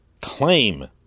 claim